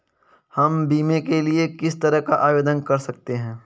हम बीमे के लिए किस तरह आवेदन कर सकते हैं?